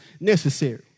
necessary